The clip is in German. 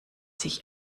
sich